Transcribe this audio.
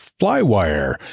Flywire